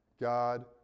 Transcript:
God